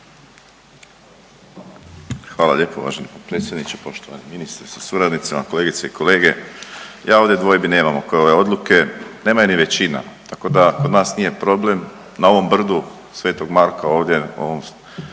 Hvala lijepo uvaženi potpredsjedniče, poštovani ministre sa suradnicom, kolegice i kolege. Ja ovdje dvojbi nemam oko ove odluke, nema je ni većina, tako da kod nas nije problem na ovom brdu sv. Marka ovdje u ovom